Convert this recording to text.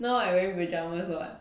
now I wearing pyjamas [what]